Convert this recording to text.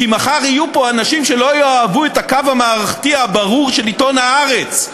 כי מחר יהיו פה אנשים שלא יאהבו את הקו המערכתי הברור של עיתון "הארץ",